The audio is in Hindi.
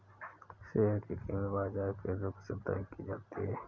शेयर की कीमत बाजार के रुख से तय की जाती है